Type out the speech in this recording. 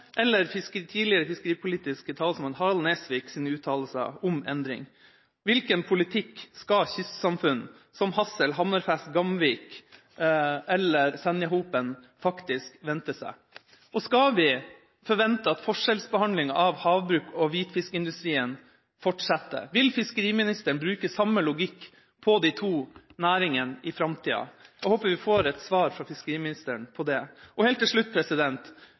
eller tidligere fiskeripolitisk talsmann Harald T. Nesviks uttalelser om endring? Hvilken politikk skal kystsamfunn som Hadsel, Hammerfest, Gamvik eller Senjahopen faktisk vente seg? Skal vi forvente at forskjellsbehandlinga av havbruks- og hvitfiskindustrien fortsetter? Vil fiskeriministeren bruke samme logikk på de to næringene i framtida? Jeg håper vi får et svar fra fiskeriministeren på det. Helt til slutt: